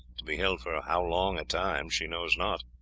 to be held for how long a time she knows not.